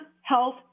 Health